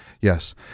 Yes